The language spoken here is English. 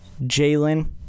Jalen